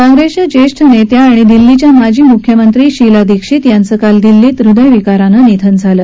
काँग्रेसच्या ज्येष्ठ नेत्या आणि दिल्लीच्या माजी मुख्यमंत्री शीला दीक्षित यांचं काल दिल्लीत हृदयविकारानं निधन झालं